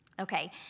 Okay